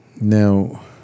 Now